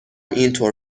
اینطور